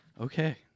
Okay